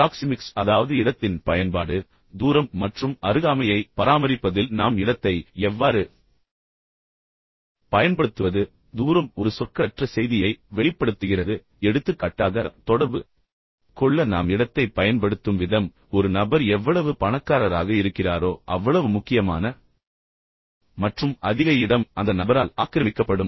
proxemics அதாவது இடத்தின் பயன்பாடு தூரம் மற்றும் அருகாமையை பராமரிப்பதில் நாம் இடத்தை எவ்வாறு பயன்படுத்துவது எனவே தூரம் ஒரு சொற்களற்ற செய்தியை வெளிப்படுத்துகிறது எடுத்துக்காட்டாக தொடர்பு கொள்ள நாம் இடத்தைப் பயன்படுத்தும் விதம் ஒரு நபர் எவ்வளவு பணக்காரராக இருக்கிறாரோ அவ்வளவு முக்கியமான மற்றும் அதிக இடம் அந்த நபரால் ஆக்கிரமிக்கப்படும்